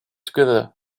together